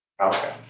Okay